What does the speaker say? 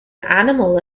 animal